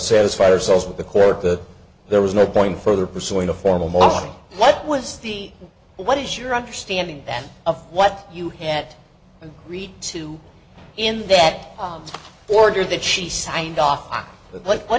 satisfied ourselves with the court that there was no point further pursuing a formal model what was the what is your understanding of what you had read to in that order that she signed off